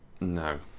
No